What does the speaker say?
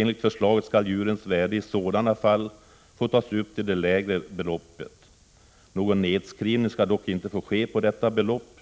Enligt förslaget skall djurens värde i sådana fall få tas upp till det lägre belopet. Någon nedskrivning skall dock inte få ske på detta belopp. Prot. 1986/87:130